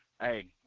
hey